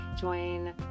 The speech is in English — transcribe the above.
Join